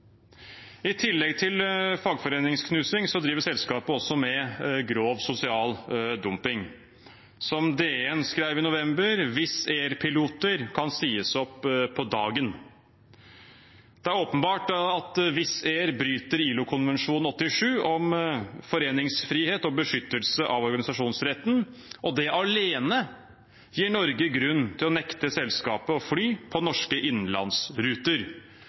I tillegg til fagforeningsknusing driver selskapet også med grov sosial dumping. Som DN skrev i november: Wizz Air-piloter «kan sies opp på dagen». Det er åpenbart at Wizz Air bryter ILO-konvensjon nr. 87 om foreningsfrihet og beskyttelse av organisasjonsretten, og det alene gir Norge grunn til å nekte selskapet å fly på norske innenlandsruter.